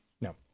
No